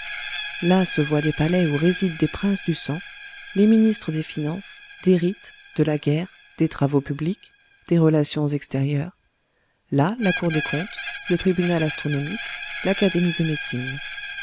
là se voient des palais où résident des princes du sang les ministres des finances des rites de la guerre des travaux publics des relations extérieures là la cour des comptes le tribunal astronomique l'académie de médecine